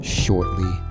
shortly